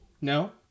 No